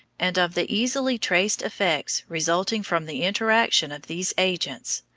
and of the easily traced effects resulting from the interaction of these agents,